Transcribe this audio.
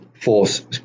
force